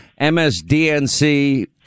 MSDNC